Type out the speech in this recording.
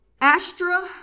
Astra